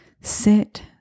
sit